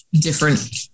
different